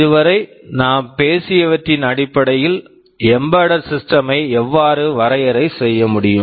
இதுவரை நாம் பேசியவற்றின் அடிப்படையில் எம்பெடெட் சிஸ்டம்ஸ் embedded systems ஐ எவ்வாறு வரையறை செய்ய முடியும்